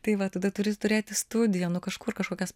tai va tada turi turėti studiją nu kažkur kažkokias